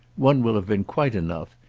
one will have been quite enough.